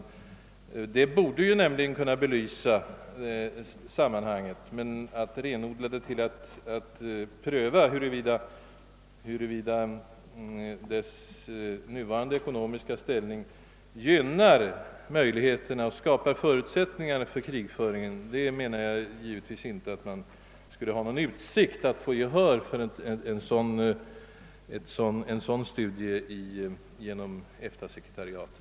Jag tror givetvis inte att man i EFTA-sekretariatet skulle få gehör för ett förslag att genomföra en studie för att renodlat utforska huruvida Portugals nuvarande ekonomiska ställning skapar förutsättningar för dess krigföring.